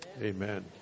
Amen